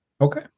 Okay